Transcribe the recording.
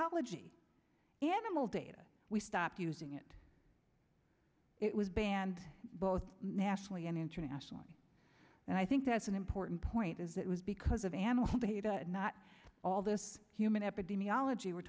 epidemiology animal data we stopped using it it was banned both nationally and internationally and i think that's an important point is it was because of animal behavior not all this human epidemiology we're